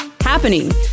happening